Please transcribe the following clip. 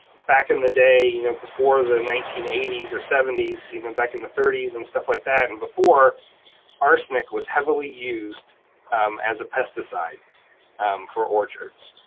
back in the day you know before the nineteen eighty s or seventy s, even and back in the thirty s and stuff like that, and before arsenic was heavily used as a pesticide for orchards.